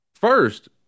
First